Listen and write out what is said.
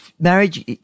marriage